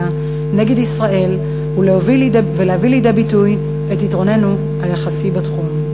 הדה-לגיטימציה נגד ישראל ולהביא לידי ביטוי את יתרוננו היחסי בתחום.